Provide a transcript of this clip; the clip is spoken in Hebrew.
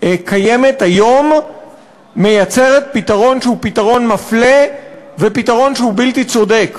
קיימת היום מייצרת פתרון שהוא פתרון מפלה ופתרון שהוא בלתי צודק.